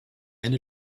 and